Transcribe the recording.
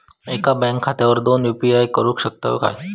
एका बँक खात्यावर दोन यू.पी.आय करुक शकतय काय?